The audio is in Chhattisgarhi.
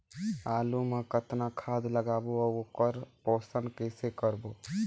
आलू मा कतना खाद लगाबो अउ ओकर पोषण कइसे करबो?